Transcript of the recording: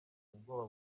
ubwoba